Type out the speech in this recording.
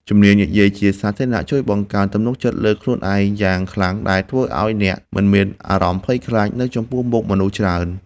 ជំនាញនិយាយជាសាធារណៈជួយបង្កើនទំនុកចិត្តលើខ្លួនឯងយ៉ាងខ្លាំង ដែលធ្វើឱ្យអ្នកមិនមានអារម្មណ៍ភ័យខ្លាចនៅចំពោះមុខមនុស្សច្រើន។